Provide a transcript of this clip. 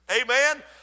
amen